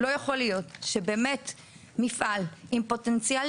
לא יכול להיות שבאמת מפעל עם פוטנציאל